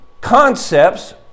concepts